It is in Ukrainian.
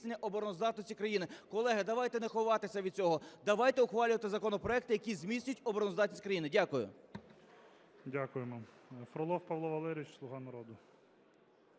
Дякую.